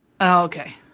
Okay